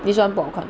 this one 不好看